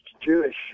Jewish